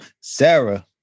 Sarah